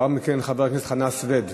לאחר מכן, חבר כנסת חנא סוייד.